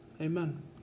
Amen